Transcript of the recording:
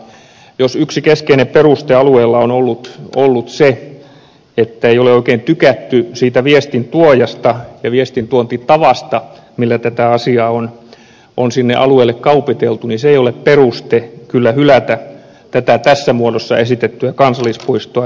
jos yksi keskeinen peruste alueella on ollut se että ei ole oikein tykätty siitä viestintuojasta ja viestintuontitavasta millä tätä asiaa on sinne alueelle kaupiteltu niin se ei ole kyllä peruste hylätä tätä tässä muodossa esitettyä kansallispuistoa